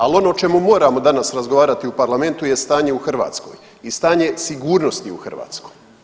Ali ono o čemu moramo danas razgovarati u Parlamentu je stanje u Hrvatskoj i stanje sigurnosti u Hrvatskoj.